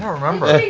remember.